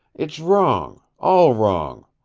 it's wrong all wrong.